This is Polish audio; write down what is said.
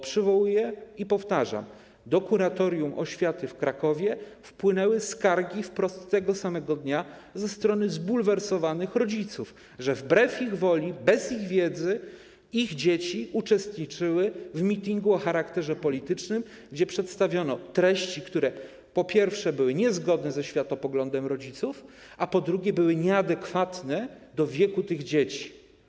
Przywołuję to i powtarzam: do Kuratorium Oświaty w Krakowie wprost tego samego dnia wpłynęły skargi ze strony zbulwersowanych rodziców, że wbrew ich woli, bez ich wiedzy ich dzieci uczestniczyły w mitingu o charakterze politycznym, podczas którego przedstawiono treści, które po pierwsze były niezgodne ze światopoglądem rodziców, a po drugie były nieadekwatne do wieku tych dzieci.